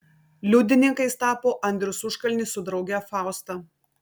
liudininkais tapo andrius užkalnis su drauge fausta